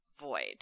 Void